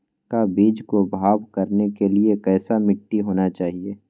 का बीज को भाव करने के लिए कैसा मिट्टी होना चाहिए?